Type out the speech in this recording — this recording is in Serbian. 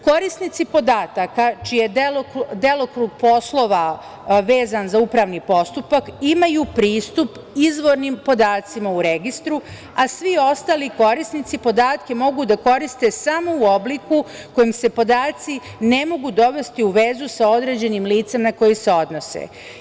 Korisnici podataka čiji je delokrug poslova vezan za upravni postupak imaju pristup izvornim podacima u registru, a svi ostali korisnici podatke mogu da koriste samo u obliku u kom se podaci ne mogu dovesti u vezi sa određenim licem na koje se odnose.